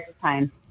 time